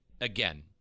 again